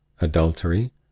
adultery